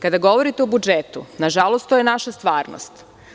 Kada govorite o budžetu, nažalost, to je naša stvarnost.